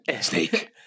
snake